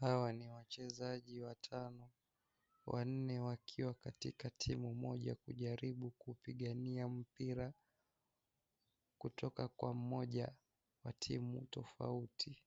Hawa ni wachezaji watano, wanne wakiwa katika timu moja kujaribu kupigania mpira kutoka kwa mmoja wa timu tofauti,